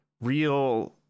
Real